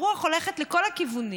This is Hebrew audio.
הרוח הולכת לכל הכיוונים.